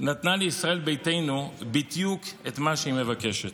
נתנה לישראל ביתנו בדיוק את מה שהיא מבקשת.